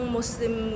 Muslim